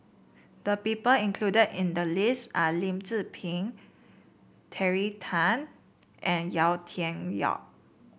the people included in the list are Lim Tze Peng Terry Tan and Yau Tian Yau